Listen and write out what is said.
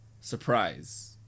surprise